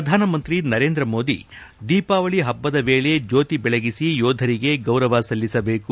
ಪ್ರಧಾನ ಮಂತ್ರಿ ನರೇಂದ್ರ ಮೋದಿ ದೀಪಾವಳಿ ಹಬ್ಬದ ವೇಳಿ ಜ್ಯೋತಿ ಬೆಳಗಿಸಿ ಯೋಧರಿಗೆ ಗೌರವ ಸಲ್ಲಿಸಬೇಕು